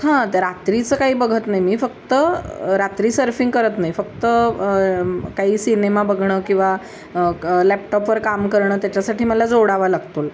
हां तर रात्रीचं काही बघत नाही मी फक्त रात्री सर्फिंग करत नाही फक्त काही सिनेमा बघणं किंवा लॅपटॉपवर काम करणं त्याच्यासाठी मला जोडावा लागतो